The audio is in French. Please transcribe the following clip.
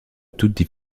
toute